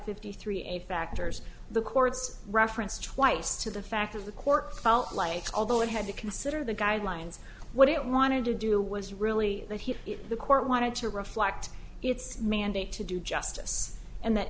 fifty three a factors the courts referenced twice to the fact of the court felt like although it had to consider the guidelines what it wanted to do was really that he the court wanted to reflect its mandate to do justice and th